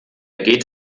geht